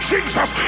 Jesus